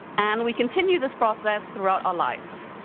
and we continue this process throughout our lives.